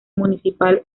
municipal